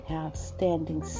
outstanding